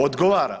Odgovara.